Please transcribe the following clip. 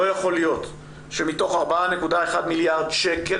לא יכול להיות שמתוך 4.1 מיליארד שקל